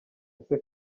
ese